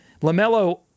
LaMelo